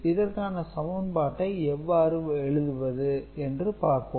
இதற்கான சமன்பாட்டை எவ்வாறு எழுதுவது என்று பார்ப்போம்